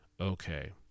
Okay